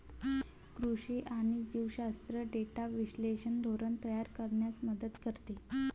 कृषी आणि जीवशास्त्र डेटा विश्लेषण धोरण तयार करण्यास मदत करते